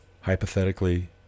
hypothetically